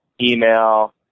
email